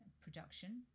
production